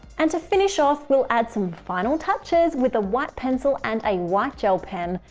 and to finish off we'll add some final touches with a white pencil and a white gel pen,